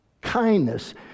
kindness